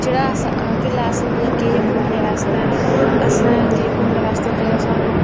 जेह्ड़ा अस जेल्लै अस कुतै गे हे घूमने बास्तै अस गे घूमने बास्तै ते सानूं